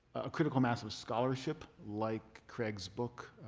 a critical mass of scholarship like craig's book,